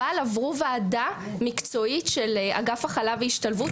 עברו ועדה מקצועית של אגף הכלה והשתלבות,